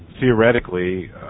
theoretically